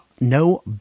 no